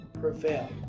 Prevail